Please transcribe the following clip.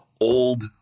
old